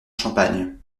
champagne